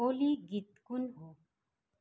ओली गीत कुन हो